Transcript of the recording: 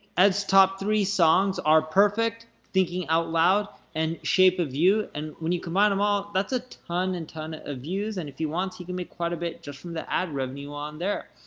ed's top three songs are perfect, thinking out loud, and shape of you, and when you combine them all, that's a ton and ton of views, and if he wants, he can make quite a bit just from the ad revenue on there.